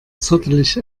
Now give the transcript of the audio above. zottelig